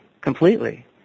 completely